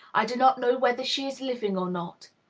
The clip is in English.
i do not know whether she is living or not.